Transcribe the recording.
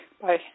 Bye